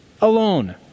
alone